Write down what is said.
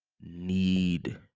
need